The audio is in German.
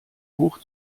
hoch